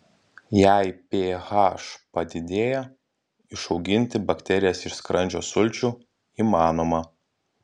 jei ph padidėja išauginti bakterijas iš skrandžio sulčių įmanoma